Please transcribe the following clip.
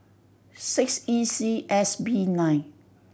six E C S B nine